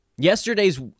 Yesterday's